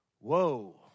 whoa